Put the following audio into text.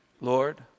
Lord